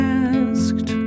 asked